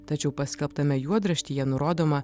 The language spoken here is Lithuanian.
tačiau paskelbtame juodraštyje nurodoma